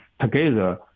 together